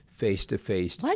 face-to-face